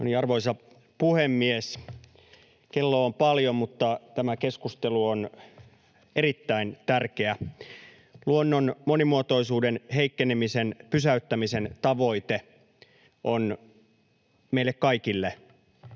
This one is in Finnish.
Arvoisa puhemies! Kello on paljon, mutta tämä keskustelu on erittäin tärkeä. Luonnon monimuotoisuuden heikkenemisen pysäyttämisen tavoite on meille kaikille